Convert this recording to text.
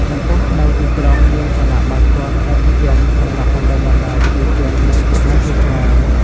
ចំពោះនៅទីក្រុង មានសាលាបាល់ទាត់ឯកជនសម្រាប់បណ្តុះបណ្តាលយុវជន និងកុមារជាច្រើន។